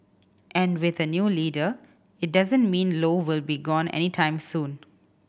and with a new leader it doesn't mean Low will be gone anytime soon